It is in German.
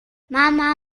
mama